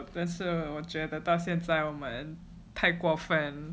但是我觉得到现在我们过分